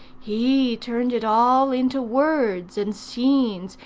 he turned it all into words, and scenes,